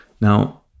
Now